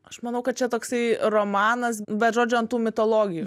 aš manau kad čia toksai romanas bet žodžiu ant tų mitologijų